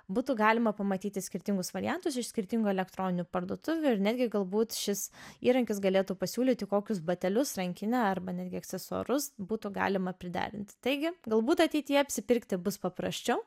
būtų galima pamatyti skirtingus variantus iš skirtingų elektroninių parduotuvių ir netgi galbūt šis įrankis galėtų pasiūlyti kokius batelius rankinę arba netgi aksesuarus būtų galima priderinti taigi galbūt ateityje apsipirkti bus paprasčiau